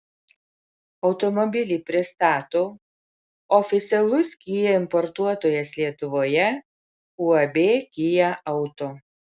automobilį pristato oficialus kia importuotojas lietuvoje uab kia auto